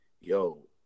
yo